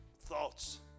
thoughts